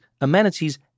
amenities